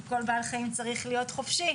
כי כל בעל חיים צריך להיות חופשי,